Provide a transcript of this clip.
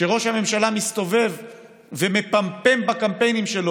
שראש הממשלה מסתובב ומפמפם בקמפיינים שלו